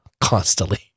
Constantly